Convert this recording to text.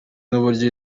n’uburyo